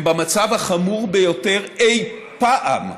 הם במצב החמור ביותר אי-פעם,